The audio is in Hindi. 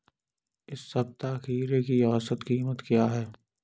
इस सप्ताह खीरे की औसत कीमत क्या है?